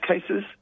cases